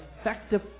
effective